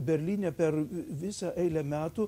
berlyne per visą eilę metų